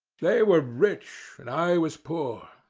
they were rich and i was poor,